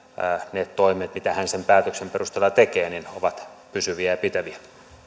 ne toimet mitä hän sen päätöksen perusteella tekee ovat pysyviä ja pitäviä